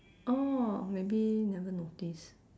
orh maybe never notice